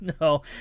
no